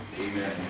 Amen